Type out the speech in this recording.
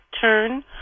turn